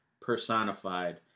personified